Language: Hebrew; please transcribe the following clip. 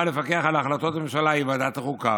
לפקח על החלטות הממשלה היא ועדת החוקה,